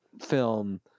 film